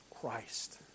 Christ